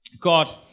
God